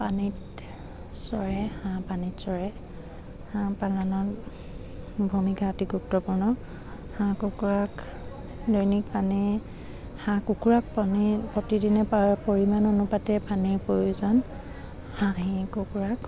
পানীত চৰে হাঁহ পানীত চৰে হাঁহ পালনত ভূমিকা অতি গুৰুত্বপূৰ্ণ হাঁহ কুকুৰাক দৈনিক পানী হাঁহ কুকুৰাক পানীৰ প্ৰতিদিনে প পৰিমাণ অনুপাতে পানীৰ প্ৰয়োজন হাঁহে কুকুৰাক